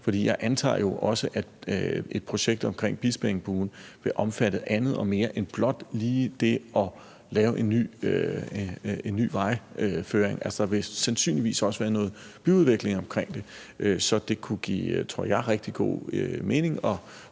jeg antager jo, at et projekt om Bispeengbuen vil omfatte andet og mere end blot lige det at lave en ny vejføring. Altså, der vil sandsynligvis også være noget byudvikling i det, så det kunne give, tror jeg, rigtig god mening